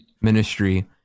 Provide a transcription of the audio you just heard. ministry